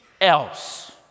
else